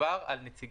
לגבי הסדרנים,